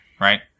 right